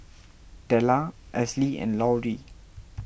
Dellar Esley and Lauri